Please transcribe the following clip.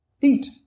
eat